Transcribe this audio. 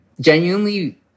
genuinely